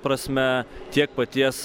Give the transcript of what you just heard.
prasme tiek paties